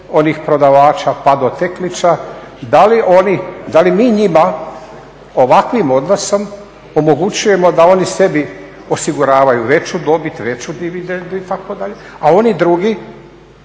onih prodavača pa do tekliča da li mi njima ovakvim odnosom omogućujemo da oni sebi osiguravaju veću dobit, veću dividendu itd., a oni drugi